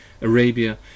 Arabia